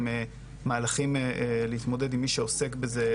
ומהלכים להתמודד עם מי שעוסק בזה,